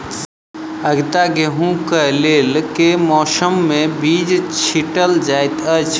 आगिता गेंहूँ कऽ लेल केँ मौसम मे बीज छिटल जाइत अछि?